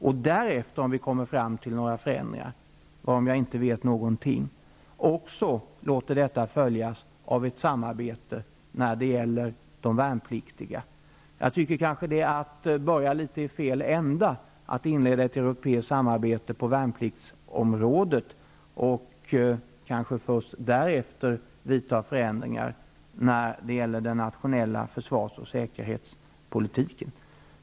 Om vi kommer fram till några förändringar -- varom jag nu inte vet någonting -- kan detta därefter också följas av ett samarbete när det gäl ler de värnpliktiga. Jag tycker att det är att börja i fel ända att inleda ett europeiskt samarbete på värnpliktsområdet och kanske först därefter vidta förändringar när det gäller den nationella försvars och säkerhetspolitiken.